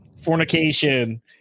fornication